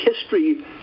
history